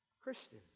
Christian